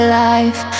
life